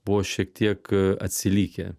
buvo šiek tiek atsilikę